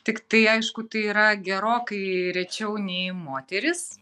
tiktai aišku tai yra gerokai rečiau nei moterys